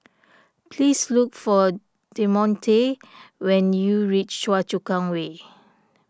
please look for Demonte when you reach Choa Chu Kang Way